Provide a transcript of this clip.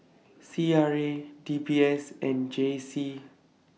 C R A D B S and J C